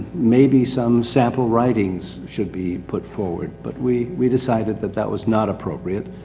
maybe some sample writings should be put forward. but we, we decided that, that was not appropriate.